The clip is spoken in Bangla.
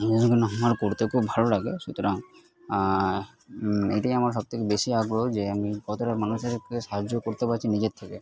আমার করতে খুব ভালো লাগে সুতরাং এটাই আমার সব থেকে বেশি আগ্রহ যে আমি কতোটা মানুষদেরকে সাহায্য করতে পারছি নিজের থেকে